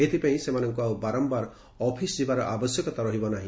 ଏଥପାଇଁ ସେମାନଙ୍କୁ ଆଉ ବାରମ୍ୟାର ଅଫିସ୍ ଯିବାର ଆବଶ୍ୟକତା ରହିବ ନାହି